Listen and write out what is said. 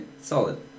Solid